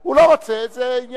הוא לא רוצה, זה עניינו.